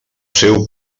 seu